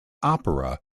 opera